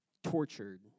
Tortured